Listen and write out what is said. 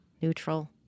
neutral